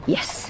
Yes